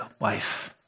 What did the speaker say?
wife